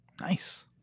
Nice